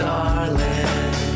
darling